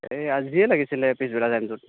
এই আজিয়ে লাগিছিলে পিছবেলা টাইমটোত